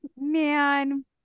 man